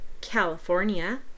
California